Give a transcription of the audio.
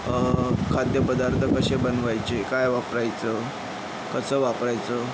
खाद्यपदार्थ कसे बनवायचे काय वापरायचं कसं वापरायचं